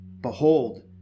Behold